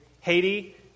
Haiti